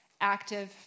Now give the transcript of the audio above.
active